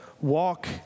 walk